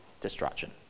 destruction